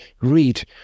read